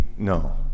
No